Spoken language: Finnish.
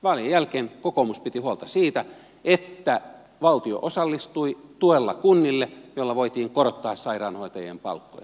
vaalien jälkeen kokoomus piti huolta siitä että valtio osallistui tuella kunnille jolla voitiin korottaa sairaanhoitajien palkkoja